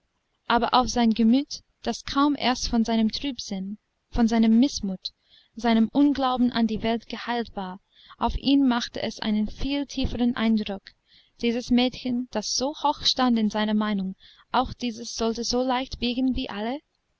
aber auf sein gemüt das kaum erst von seinem trübsinn von seinem mißmut seinem unglauben an die welt geheilt war auf ihn machte es einen viel tieferen eindruck dieses mädchen das so hoch stand in seiner meinung auch dieses sollte so leicht wiegen wie alle